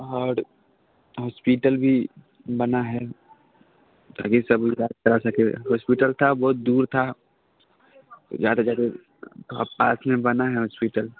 आओर हॉस्पिटल भी बना है ताकि सभलोग आ जा सके हॉस्पिटल था बहुत दूर था जाते जाते अब पासमे बना है हॉस्पिटल